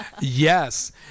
Yes